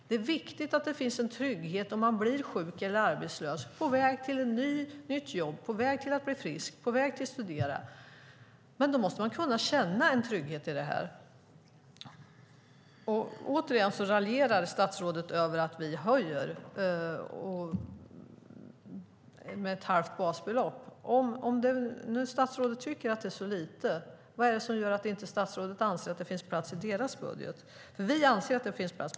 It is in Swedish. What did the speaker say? Det är viktigt att det finns en trygghet när man blir sjuk eller arbetslös, är på väg till ett nytt jobb, på väg att bli frisk, på väg att studera. Då måste man kunna känna en trygghet i det. Återigen raljerar statsrådet över att vi föreslår en höjning med ett halvt basbelopp. Om nu statsrådet tycker att det är så lite, vad är det som gör att statsrådet anser att det inte finns plats för det i regeringens budget? Vi anser att det finns plats.